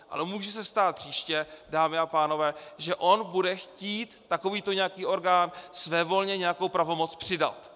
Ale může se stát příště, dámy a pánové, že on bude chtít takovýto nějaký orgán svévolně nějakou pravomoc přidat.